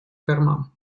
карман